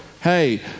Hey